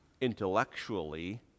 intellectually